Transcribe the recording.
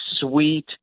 sweet